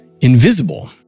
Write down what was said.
invisible